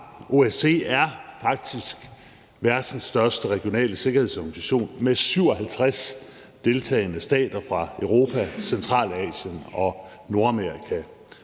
OSCE faktisk er verdens største regionale sikkerhedsorganisation med 57 deltagende stater fra Europa, Centralasien og Nordamerika.